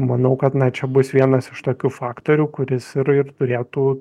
manau kad na čia bus vienas iš tokių faktorių kuris ir ir turėtų